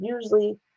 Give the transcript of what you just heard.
usually